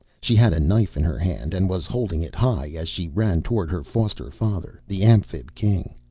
she had a knife in her hand and was holding it high as she ran toward her foster-father, the amphib king.